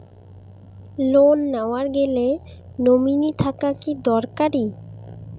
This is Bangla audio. লোন নেওয়ার গেলে নমীনি থাকা কি দরকারী?